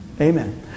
Amen